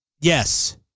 Yes